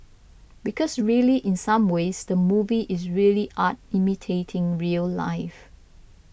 because really in some ways the movie is really art imitating real life